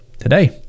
Today